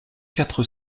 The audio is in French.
quatre